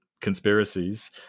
conspiracies